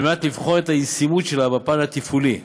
על מנת לבחון את הישימות שלה בפן התפעולי,